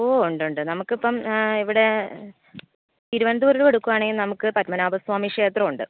ഓ ഉണ്ടുണ്ട് നമുക്കിപ്പം ഇവിടെ തിരുവനന്തപുരം എടുക്കുവാണെങ്കിൽ നമുക്ക് പത്മനാഭ സ്വാമി ക്ഷേത്രമുണ്ട്